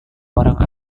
orang